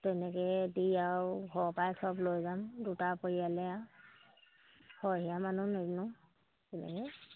তেনেকৈ দি আৰু ঘৰৰ পাই সব লৈ যাম দুটা পৰিয়ালে আৰু সৰহীয়া মানুহ নিনিও তেনেকৈ